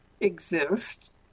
exist